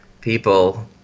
people